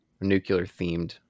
nuclear-themed